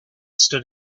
stood